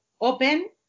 open